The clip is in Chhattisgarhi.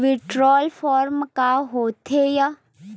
विड्राल फारम का होथेय